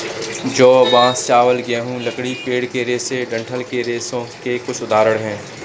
जौ, बांस, चावल, गेहूं, लकड़ी, पेड़ के रेशे डंठल के रेशों के कुछ उदाहरण हैं